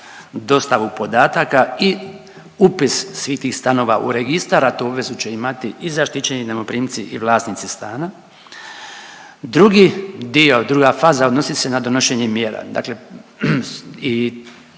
dostavu podataka i upis svih tih stanova u registar, a tu obvezu će imati i zaštićeni najmoprimci i vlasnici stana. Drugi dio, druga faza odnosi se na donošenje mjera. Dakle i